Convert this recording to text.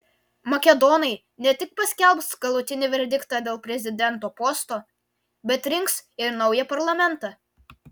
makedonai ne tik paskelbs galutinį verdiktą dėl prezidento posto bet rinks ir naują parlamentą